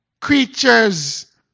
creatures